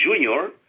junior